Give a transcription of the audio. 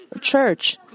church